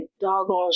doggone